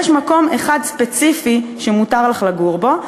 יש מקום אחד ספציפי שמותר לך לגור בו,